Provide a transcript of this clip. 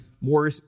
more